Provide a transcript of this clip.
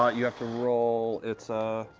ah you have to roll. it's a